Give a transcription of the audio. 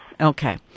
Okay